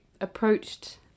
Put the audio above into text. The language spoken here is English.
approached